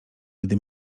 gdy